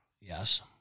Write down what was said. Yes